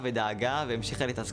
לא רק ביום שיוקדש ולהגיד להם תודה.